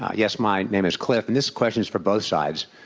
ah yes, my name is cliff. and this question is for both sides.